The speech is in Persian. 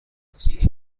است